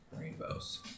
rainbows